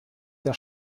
der